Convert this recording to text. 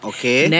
Okay